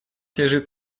лежит